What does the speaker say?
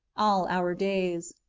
all our days.